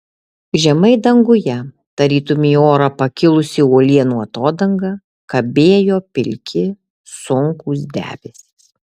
žemai danguje tarytum į orą pakilusi uolienų atodanga kabėjo pilki sunkūs debesys